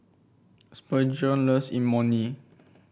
Spurgeon loves Imoni